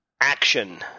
Action